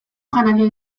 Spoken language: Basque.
janaria